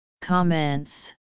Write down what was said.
Comments